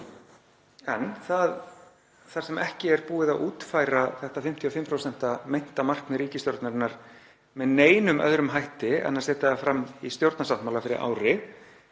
En þar sem ekki er búið að útfæra þetta meinta 55% markmið ríkisstjórnarinnar með neinum öðrum hætti en að setja það fram í stjórnarsáttmála fyrir ári